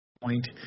point